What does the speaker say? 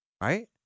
right